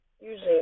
usually